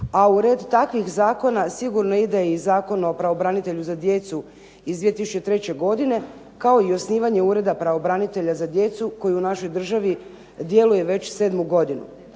a u red takvih zakona sigurno ide i Zakon o pravobranitelju za djecu iz 2003. godine kao i osnivanje Ureda pravobranitelja za djecu koji u našoj državi djeluje već 7. godinu.